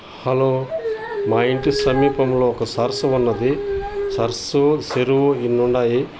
hello మా ఇంటి సమీపంలో ఒక సరస్సు ఉన్నది సరస్సు చెరువు ఇన్ని ఉన్నాయి